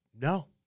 no